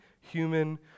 human